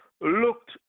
looked